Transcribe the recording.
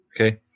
Okay